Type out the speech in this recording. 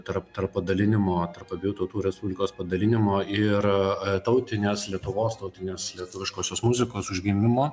tarp tarp padalinimo tarp abiejų tautų respublikos padalinimo ir tautinės lietuvos tautinės lietuviškosios muzikos užgimimo